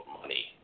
money